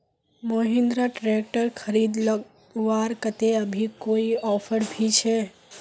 Mahindra tractor खरीद लगवार केते अभी कोई ऑफर भी छे?